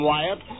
Wyatt